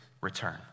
return